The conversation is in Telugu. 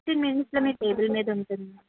ఫిఫ్టీన్ మినిట్స్లో మీ టేబుల్ మీద ఉంటుంది